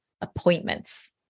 appointments